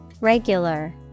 Regular